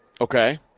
okay